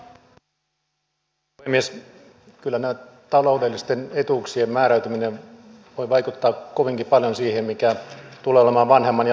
kyllä näiden taloudellisten etuuksien määräytyminen voi vaikuttaa kovinkin paljon siihen mikä tulee olemaan vanhemman ja lapsen välinen suhde